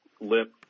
lip